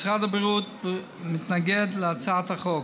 משרד הבריאות מתנגד להצעת החוק.